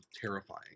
terrifying